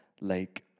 lake